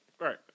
Right